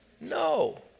No